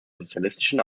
sozialistischen